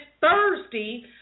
Thursday